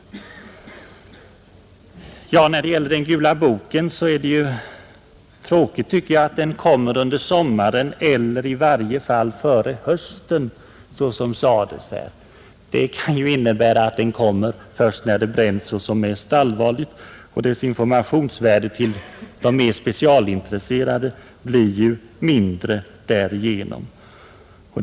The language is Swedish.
När det gäller Gula boken är det tråkigt att den kommer först under sommaren eller ”i varje fall före hösten”, som herr Feldt sade. Det kan innebära att den kommer när det redan bränns som mest i förhandlingarna, och dess informationsvärde i förväg blir därigenom mindre för de mer specialintresserade.